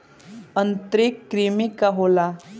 आंतरिक कृमि का होला?